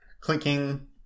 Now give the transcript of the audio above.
clinking